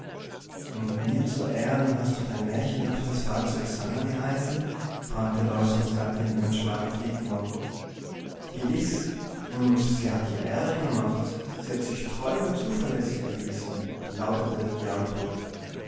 und mir zu ehren hast du dein märchenhaftes fahrzeug sannah geheißen fragte leusohns gattin ihren schwager flitmore gewiß und sie hat dir ehre gemacht sie hat sich treu und zuverlässig erwiesen lautete die antwort